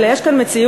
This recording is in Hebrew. אלא יש כאן מציאות,